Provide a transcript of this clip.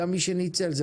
סמים?